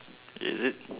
is it